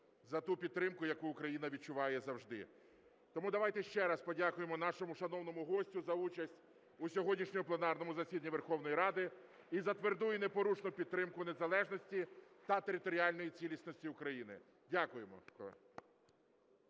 за ту підтримку, яку Україна відчуває завжди. Тому давайте ще раз подякуємо нашому шановному гостю за участь у сьогоднішньому пленарному засіданні Верховної Ради і за тверду, і непорушну підтримку незалежності та територіальної цілісності України. Дякуємо.